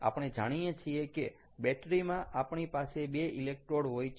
આપણે જાણીએ છીએ કે બેટરી માં આપણી પાસે બે ઇલેક્ટ્રોડ હોય છે